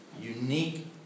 unique